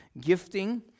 gifting